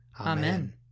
Amen